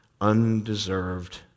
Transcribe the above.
undeserved